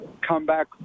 comeback